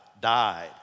died